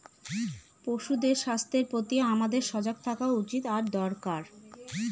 পশুদের স্বাস্থ্যের প্রতি আমাদের সজাগ থাকা উচিত আর দরকার